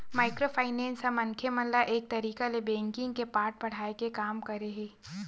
micro finance ह मनखे मन ल एक तरिका ले बेंकिग के पाठ पड़हाय के काम करे हे